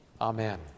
amen